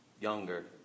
younger